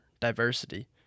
Diversity